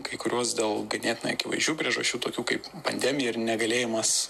kai kuriuos dėl ganėtinai akivaizdžių priežasčių tokių kaip pandemija ir negalėjimas